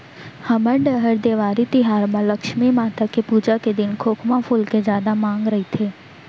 हमर डहर देवारी तिहार म लक्छमी माता के पूजा के दिन खोखमा फूल के जादा मांग रइथे